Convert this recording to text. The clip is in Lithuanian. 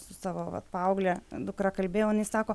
su savo vat paaugle dukra kalbėjau jinai sako